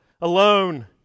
alone